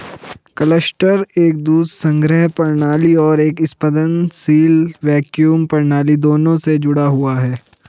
cluster एक दूध संग्रह प्रणाली और एक स्पंदनशील वैक्यूम प्रणाली दोनों से जुड़ा हुआ है